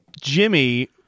jimmy